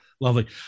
Lovely